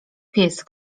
pies